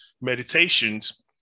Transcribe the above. meditations